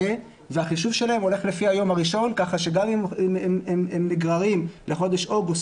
והחישוב שלהם הוא לפי היום הראשון כך שגם אם הם נגררים לחודש אוגוסט,